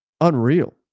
unreal